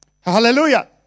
Hallelujah